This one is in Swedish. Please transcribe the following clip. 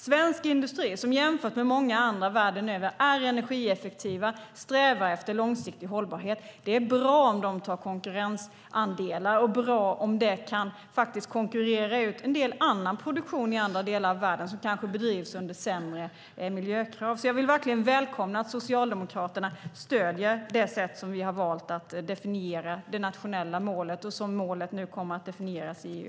Svensk industri, jämfört med annan industri världen över, är energieffektiv och strävar efter långsiktig hållbarhet. Det är bra om industrin tar konkurrensandelar, och det är bra om den kan konkurrera ut en del annan produktion i andra delar av världen som kanske bedrivs under sämre miljökrav. Jag vill verkligen välkomna att Socialdemokraterna stöder det sätt som vi har valt att definiera det nationella målet och som målet kommer att definieras i EU.